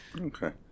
Okay